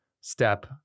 step